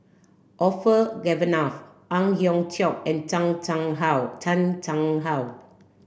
Orfeur Cavenagh Ang Hiong Chiok and Chang Chang How Chan Chang How